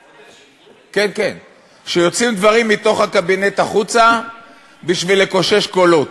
כן, שיוצאים מתוך הקבינט החוצה בשביל לקושש קולות,